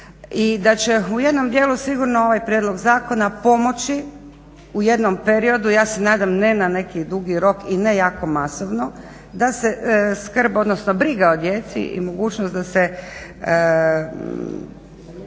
i da će u jednom dijelu sigurno ovaj prijedlog zakona pomoći u jednom periodu, ja se nadam ne na neki dugi rok i ne jako masovno, da se skrb odnosno briga o djeci i mogućnost da se